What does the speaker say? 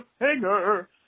Hanger